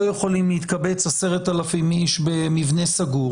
יכולים להתקבץ 10,000 איש במבנה סגור